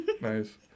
nice